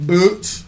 Boots